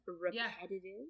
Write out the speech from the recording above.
repetitive